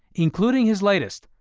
including his latest,